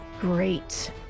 Great